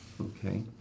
Okay